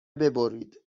ببرید